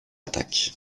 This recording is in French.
attaque